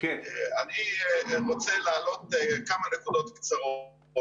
אני רוצה להעלות כמה נקודות קצרות.